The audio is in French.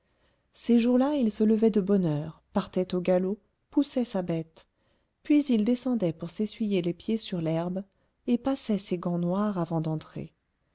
ces jours-là il se levait de bonne heure partait au galop poussait sa bête puis il descendait pour s'essuyer les pieds sur l'herbe et passait ses gants noirs avant d'entrer